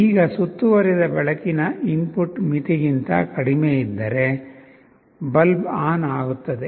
ಈಗ ಸುತ್ತುವರಿದ ಬೆಳಕಿನ ಇನ್ಪುಟ್ ಮಿತಿಗಿಂತ ಕಡಿಮೆಯಿದ್ದರೆ ಬಲ್ಬ್ ಆನ್ ಆಗುತ್ತದೆ